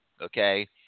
okay